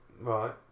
Right